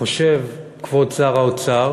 חושב כבוד שר האוצר